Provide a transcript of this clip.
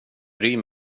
bryr